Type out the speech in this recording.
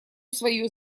свое